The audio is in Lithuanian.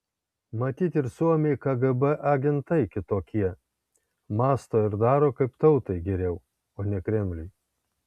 matyt ir suomiai kgb agentai kitokie mąsto ir daro kaip tautai geriau o ne kremliui